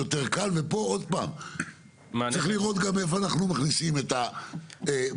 גם צריך לראות איפה מכניסים פה גם את המדינה.